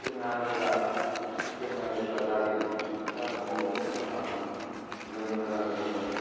जोंहा जेब्ला बेमारा जेब्ला जाजेनो फिसा समावनो माखालामो जों मोजां रोखोमै